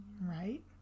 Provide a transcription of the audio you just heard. Right